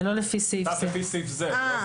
זה לא לפי סעיף זה.